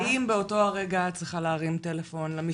האם באותו הרגע את צריכה להרים טלפון למשטרה?